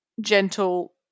gentle